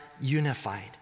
unified